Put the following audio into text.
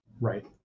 Right